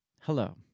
hello